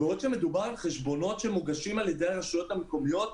בעוד שכאשר מדובר בחשבונות שמוגשים על ידי הרשויות המקומיות,